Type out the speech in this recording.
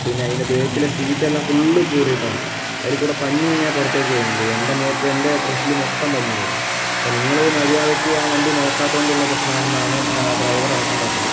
പിന്നെ അതിന്റെ ബാക്കിലെ സീറ്റ് എല്ലാം ഫുൾ കീറിയിട്ടാണ് അതിൽക്കൂടെ പഞ്ഞി ഇങ്ങനെ പുറത്തേയ്ക്ക് വരുന്നുണ്ട് എൻ്റെ മേത്ത് എൻ്റെ ഡ്രെസ്സിൽ മൊത്തം പഞ്ഞിയായിരുന്നു അപ്പം നിങ്ങൾ മര്യാദയ്ക്ക് ആ വണ്ടി നോക്കാത്തത് കൊണ്ടുള്ള പ്രശ്നം ആണെന്നാണ് ആ ഡ്രൈവർ അടക്കം പറഞ്ഞത്